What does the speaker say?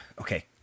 Okay